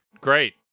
Great